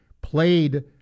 played